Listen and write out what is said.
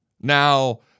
Now